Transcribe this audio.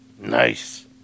Nice